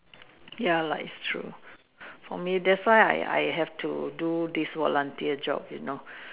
ya lah is true thats for me thats why I have to do this volunteer job you know